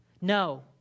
No